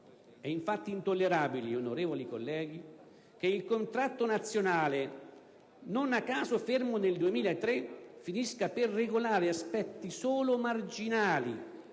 È infatti intollerabile, onorevoli colleghi, che il contratto nazionale - non a caso fermo al 2003 - finisca per regolare aspetti solo marginali,